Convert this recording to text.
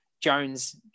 Jones